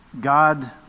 God